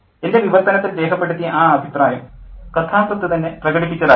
എൻ്റെ വിവർത്തനത്തിൽ രേഖപ്പെടുത്തിയ ആ അഭിപ്രായം കഥാകൃത്ത് തന്നെ പ്രകടിപ്പിച്ചതായിരുന്നു